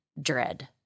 dread